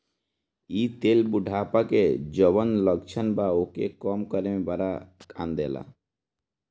इ तेल बुढ़ापा के जवन लक्षण बा ओके कम करे में बड़ा काम देला